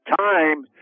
time